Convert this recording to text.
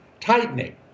tightening